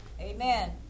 Amen